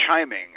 chiming